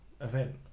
event